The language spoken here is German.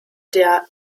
der